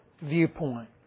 viewpoint